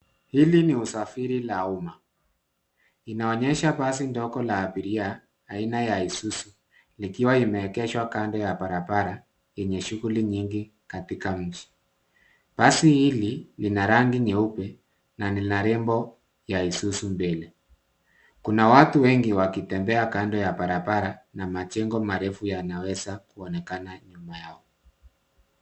Hili ni usafiri la uma. Linaonyesha basi ndogo la abiria aina ya isuzu ikiwa imeegeshwa kando ya barabara yenye shughuli nyingi katika mji. Basi hili lina rangi nyeupe na lina rembo ya isuzu mbele. Kuna watu wengi wakitembea kando ya barabara na majengo marefu yanaweza kuonekana nyuma yao.